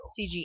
CG